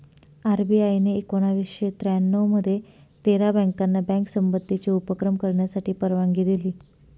RBI ने एकोणावीसशे त्र्यानऊ मध्ये तेरा बँकाना बँक संबंधीचे उपक्रम करण्यासाठी परवानगी दिली